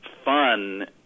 fun